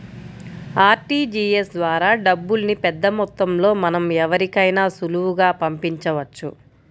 RTGS ద్వారా డబ్బుల్ని పెద్దమొత్తంలో మనం ఎవరికైనా సులువుగా పంపించవచ్చు